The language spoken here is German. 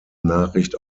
nachricht